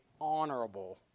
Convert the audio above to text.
honorable